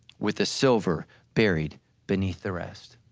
with a silver buried beneath the rest.